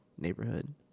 neighborhood